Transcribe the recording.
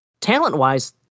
talent-wise